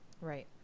Right